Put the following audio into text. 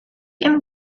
and